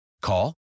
Call